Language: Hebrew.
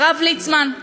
הרב ליצמן,